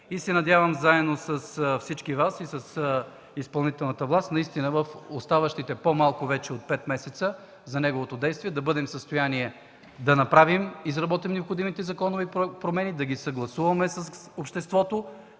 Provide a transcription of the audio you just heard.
Надявам се заедно с всички Вас и с изпълнителната власт наистина в оставащите вече по-малко от 5 месеца за неговото действие да бъдем в състояние да изработим необходимите законови промени, да ги съгласуваме с обществото,